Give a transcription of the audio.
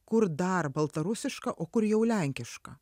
kur dar baltarusiška o kur jau lenkiška